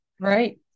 Right